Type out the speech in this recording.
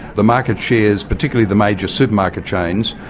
the market shares, particularly the major supermarket chains,